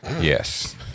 Yes